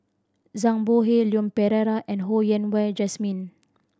Zhang Bohe Leon Perera and Ho Yen Wah Jesmine